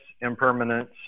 impermanence